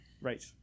Right